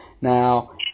Now